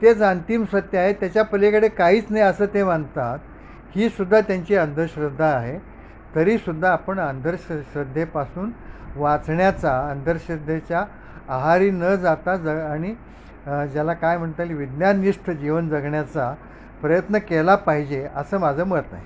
तेच अंतिम सत्य आहे त्याच्या पलीकडे काहीच नाही असं ते मानतात की सुद्धा त्यांची अंधश्रद्धा आहे तरीसुद्धा आपण अंधश्रद्धेपासून वाचण्याचा अंधश्रद्धेच्या आहारी न जाता ज आणि ज्याला काय म्हणता येईल विज्ञाननिष्ठ जीवन जगण्याचा प्रयत्न केला पाहिजे असं माझं मत आहे